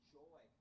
joy